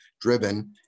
driven